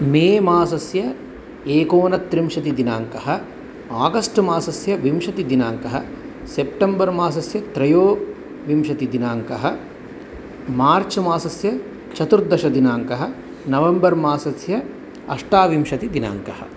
मे मासस्य एकोनत्रिंशतिदिनाङ्कः आगस्ट् मासस्य विंशतिदिनाङ्कः सेप्टम्बर् मासस्य त्रयोविंशतिदिनाङ्कः मार्च् मासस्य चतुर्दशदिनाङ्कः नवम्बर् मासस्य अष्टाविंशतिदिनाङ्कः